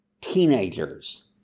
teenagers